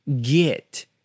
get